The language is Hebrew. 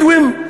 בדואים,